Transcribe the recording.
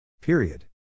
Period